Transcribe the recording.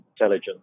intelligence